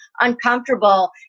uncomfortable